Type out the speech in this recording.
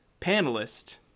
panelist